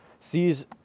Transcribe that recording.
sees